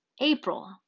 April